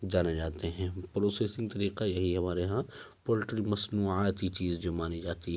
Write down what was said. جانے جاتے ہیں پروسیسنگ طریقہ یہی ہے ہمارے یہاں پولٹری مصنوعاتی چیز جو مانی جاتی